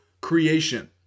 creation